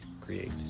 create